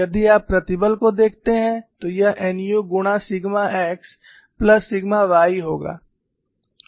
यदि आप प्रतिबल को देखते हैं तो यह nu गुणा sigma x plus sigma y होगा